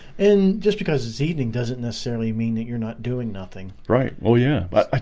and just because this evening doesn't necessarily mean that you're not doing nothing right? oh, yeah, but